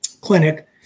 clinic